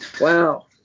wow